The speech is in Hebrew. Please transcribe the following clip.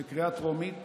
בהצעה בקריאה טרומית,